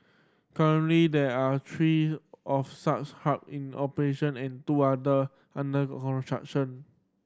currently there are three of such hub in operation and two under under construction